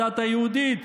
הדת היהודית.